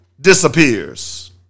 disappears